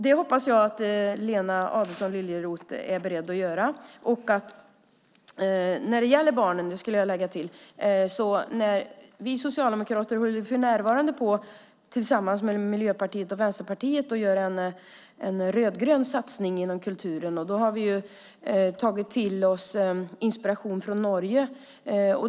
Det hoppas jag att Lena Adelsohn Liljeroth är beredd att göra. Jag ska lägga till att när det gäller barnen håller vi socialdemokrater för närvarande på att tillsammans med Miljöpartiet och Vänsterpartiet göra en rödgrön satsning inom kulturen. Vi har tagit till oss inspiration från Norge.